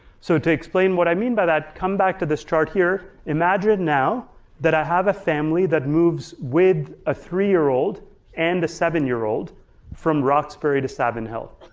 so to explain what i mean by that, come back to this chart here. imagine now that i have a family that moves with a three-year-old and a seven-year-old from roxbury to savin hill.